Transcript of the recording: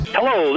Hello